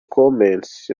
comments